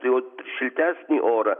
jau šiltesnį orą